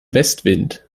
westwind